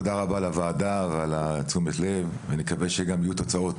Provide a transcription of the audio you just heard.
תודה רבה לוועדה ועל תשומת הלב ונקווה שגם יהיו תוצאות,